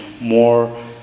more